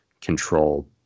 control